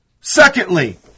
Secondly